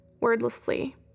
wordlessly